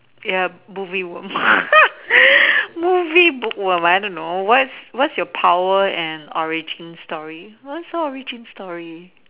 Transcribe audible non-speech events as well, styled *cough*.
ya movie worm *laughs* movie bookworm I don't know what's what's your power and origin story what's your origin story